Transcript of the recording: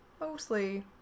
Mostly